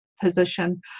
position